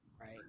Right